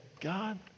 God